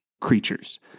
creatures